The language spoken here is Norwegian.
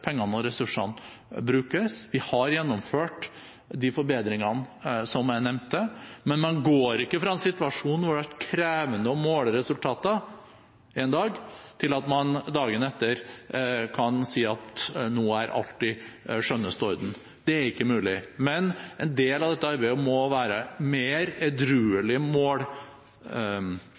forbedringene som jeg nevnte, men man går ikke fra en situasjon hvor det har vært krevende å måle resultater en dag, til at man dagen etter kan si at nå er alt i skjønneste orden. Det er ikke mulig. Men en del av dette arbeidet må være mer edruelige mål